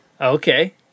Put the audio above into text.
Okay